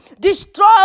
Destroy